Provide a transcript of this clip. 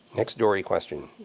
next dory question.